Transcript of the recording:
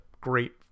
great